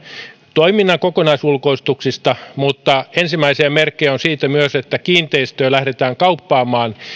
toiminnan kokonaisulkoistuksista mutta ensimmäisiä merkkejä on myös siitä että kiinteistöjä lähdetään kauppaamaan